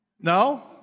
No